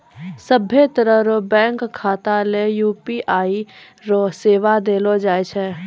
सभ्भे तरह रो बैंक खाता ले यू.पी.आई रो सेवा देलो जाय छै